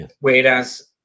whereas